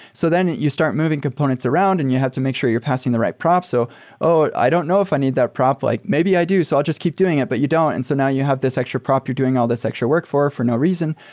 so then you start moving components around and you have to make sure you're passing the right prop, so oh, i don't know if i need that prop. like maybe i do. so i'll just keep doing it, but you don't. and so now you have this extra prop you're doing all this extra work for for no reason.